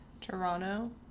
Toronto